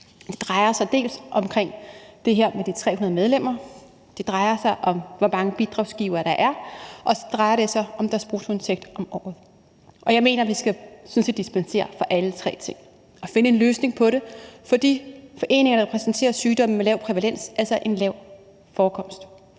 Det drejer sig dels om det her med de 300 medlemmer, dels om, hvor mange bidragsgivere der er, dels om deres årlige bruttoindtægt. Og jeg mener sådan set, at vi skal dispensere for alle tre ting og finde en løsning på det, fordi foreningerne repræsenterer patienter, der lider af sygdomme med lav prævalens – altså en lav forekomst.